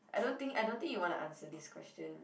I don't think I don't think you wanna answer this question